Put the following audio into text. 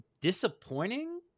Disappointing